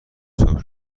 صبح